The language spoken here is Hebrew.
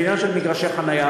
העניין של מגרשי חניה,